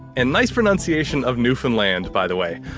and nice pronunciation of newfoundland, by the way.